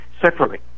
separately